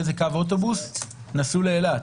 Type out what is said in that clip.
באיזה קו אוטובוס נסעו לאילת.